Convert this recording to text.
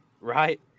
right